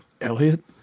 Elliot